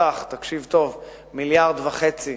בסך, תקשיב טוב, מיליארד וחצי